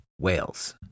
Wales